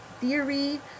theory